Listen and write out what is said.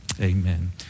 Amen